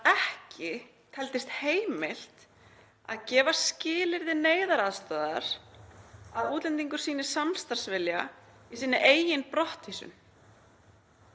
ekki teldist heimilt að gera skilyrði neyðaraðstoðar að útlendingur sýni samstarfsvilja í sinni eigin brottvísun.